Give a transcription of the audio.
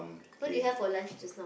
what did you have for lunch just now